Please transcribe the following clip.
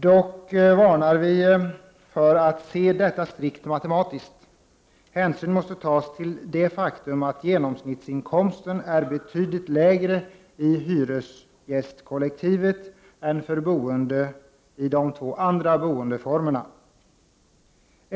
Dock varnar vi för att se detta strikt matematiskt. Hänsyn måste tas till det faktum att genomsnittsinkomsten är betydligt lägre i hyresgästkollektivet än för boende i de två andra boendeformerna.